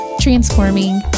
transforming